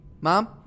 mom